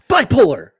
Bipolar